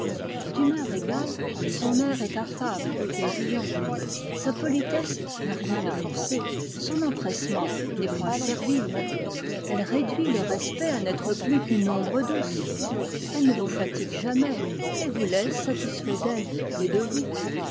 d'humeur égale son air est affable et riant sa politesse n'a rien de forcé son empressement n'est point servile elle réduit le respect à n'être plus qu'une ombre douce elle ne vous fatigue jamais et vous laisse satisfait d'elle et de vous